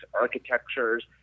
architectures